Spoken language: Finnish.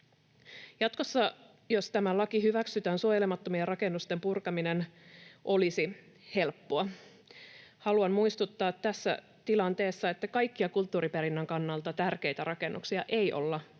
Jatkossa, jos tämä laki hyväksytään, suojelemattomien rakennusten purkaminen olisi helppoa. Haluan muistuttaa tässä tilanteessa, että kaikkia kulttuuriperinnön kannalta tärkeitä rakennuksia ei olla